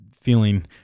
feeling